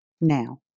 Now